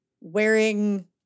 wearing